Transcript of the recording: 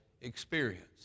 experience